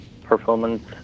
performance